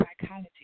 Psychology